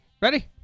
ready